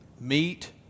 Meet